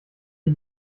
die